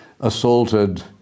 assaulted